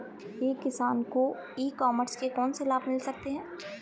एक किसान को ई कॉमर्स के कौनसे लाभ मिल सकते हैं?